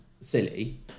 silly